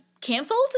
canceled